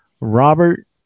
Robert